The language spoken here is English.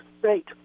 great